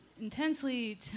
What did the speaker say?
intensely